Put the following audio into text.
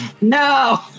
No